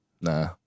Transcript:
Nah